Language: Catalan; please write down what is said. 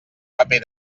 paper